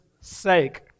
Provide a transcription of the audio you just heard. sake